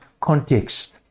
context